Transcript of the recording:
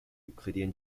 euclidean